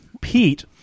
Pete